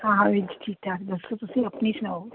ਹਾਂ ਵੀਰ ਜੀ ਠੀਕ ਠਾਕ ਦੱਸੋ ਤੁਸੀਂ ਆਪਣੀ ਸੁਣਾਓ